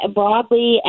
broadly